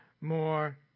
more